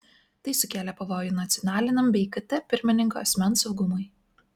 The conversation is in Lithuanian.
tai sukėlė pavojų nacionaliniam bei kt pirmininko asmens saugumui